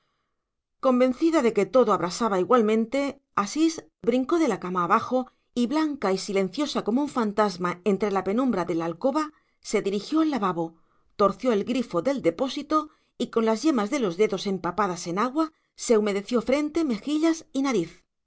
convencida de que todo abrasaba igualmente asís brincó de la cama abajo y blanca y silenciosa como un fantasma entre la penumbra de la alcoba se dirigió al lavabo torció el grifo del depósito y con las yemas de los dedos empapadas en agua se humedeció frente mejillas y nariz